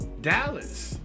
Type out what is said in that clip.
Dallas